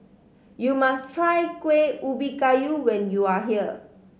you must try Kuih Ubi Kayu when you are here